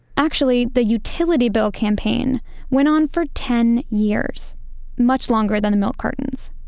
actually, the utility bill campaign went on for ten years much longer than the milk cartons.